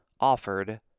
Offered